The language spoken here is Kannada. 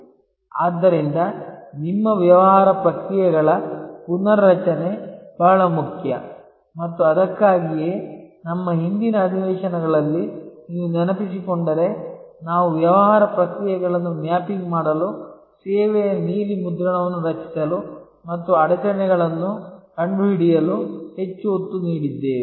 ಆದ್ದರಿಂದ ನಿಮ್ಮ ವ್ಯವಹಾರ ಪ್ರಕ್ರಿಯೆಗಳ ಪುನರ್ರಚನೆ ಬಹಳ ಮುಖ್ಯ ಮತ್ತು ಅದಕ್ಕಾಗಿಯೇ ನಮ್ಮ ಹಿಂದಿನ ಅಧಿವೇಶನಗಳಲ್ಲಿ ನೀವು ನೆನಪಿಸಿಕೊಂಡರೆ ನಾವು ವ್ಯವಹಾರ ಪ್ರಕ್ರಿಯೆಯನ್ನು ಮ್ಯಾಪಿಂಗ್ ಮಾಡಲು ಸೇವೆಯ ನೀಲಿ ಮುದ್ರಣವನ್ನು ರಚಿಸಲು ಮತ್ತು ಅಡಚಣೆಗಳನ್ನು ಕಂಡುಹಿಡಿಯಲು ಹೆಚ್ಚು ಒತ್ತು ನೀಡಿದ್ದೇವೆ